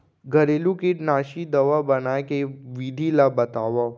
घरेलू कीटनाशी दवा बनाए के विधि ला बतावव?